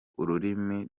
ururimi